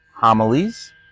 homilies